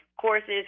courses